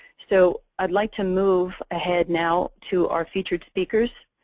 so i'd like to move ahead now to our featured speakers.